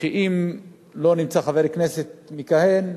שאם לא נמצא חבר כנסת מכהן,